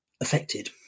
affected